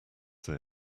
they